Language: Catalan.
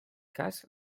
cas